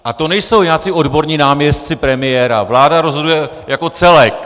A to nejsou nějací odborní náměstci premiéra, vláda rozhoduje jako celek.